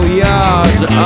yards